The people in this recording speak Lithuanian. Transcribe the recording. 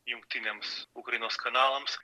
jungtiniams ukrainos kanalams